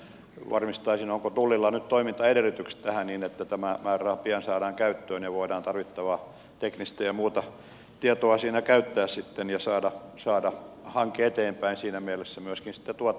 varmistaisin onko tullilla nyt toimintaedellytykset tähän niin että tämä määräraha pian saadaan käyttöön ja voidaan tarvittavaa teknistä ja muuta tietoa käyttää sitten ja saada hanke eteenpäin ja siinä mielessä myöskin tuottamaanne tulot